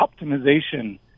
optimization